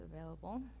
available